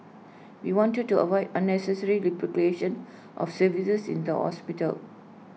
we wanted to avoid unnecessary replication of services in the hospital